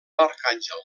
arcàngel